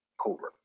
cobra